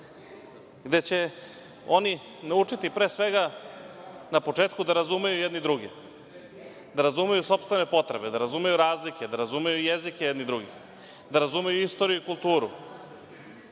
gde će oni pre svega naučiti da razumeju jedni druge, da razumeju sopstvene potrebe, da razumeju razlike, da razumeju jezike jedni drugih, da razumeju istoriju i kulturu. Ako